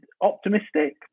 optimistic